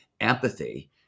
empathy